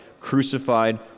crucified